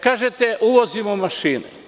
Kažete – uvozimo mašine.